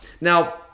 Now